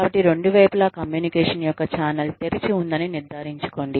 కాబట్టి రెండు వైపుల కమ్యూనికేషన్ యొక్క ఛానెల్ తెరిచి ఉందని నిర్ధారించుకోండి